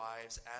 wives